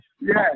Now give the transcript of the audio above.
Yes